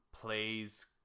plays